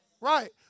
Right